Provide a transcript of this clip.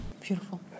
Beautiful